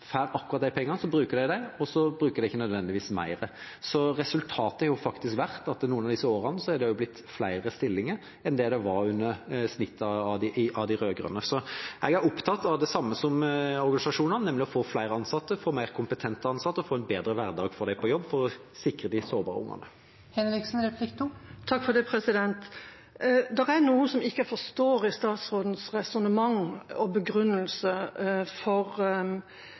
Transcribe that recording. får akkurat de pengene. Så bruker de dem, og så bruker de ikke nødvendigvis mer. Resultatet har faktisk vært at noen av disse årene har det blitt flere stillinger enn det som var snittet under de rød-grønne. Jeg er opptatt av det samme som organisasjonene, nemlig å få flere ansatte, få mer kompetente ansatte, og at de får en bedre hverdag på jobb for å sikre de sårbare ungene. Det er noe jeg ikke forstår i statsrådens resonnement og begrunnelse – hans vegring mot å forstå behovet for